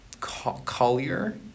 Collier